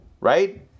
right